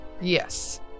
Yes